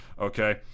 Okay